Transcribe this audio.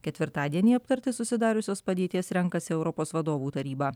ketvirtadienį aptarti susidariusios padėties renkasi europos vadovų taryba